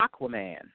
Aquaman